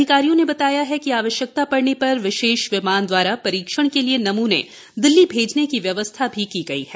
अधिकारियों ने बताया कि आवश्यकता पड़ने पर विशेष विमान दवारा परीक्षण के लिए नमूने दिल्ली भेजने की व्यवस्था भी की गयी है